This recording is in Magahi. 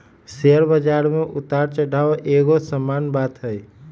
शेयर बजार में उतार चढ़ाओ एगो सामान्य बात हइ